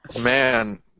Man